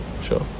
Sure